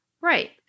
Right